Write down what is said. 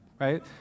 right